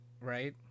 right